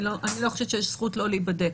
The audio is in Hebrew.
אני לא חושבת שיש זכות לא להיבדק